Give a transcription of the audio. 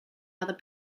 other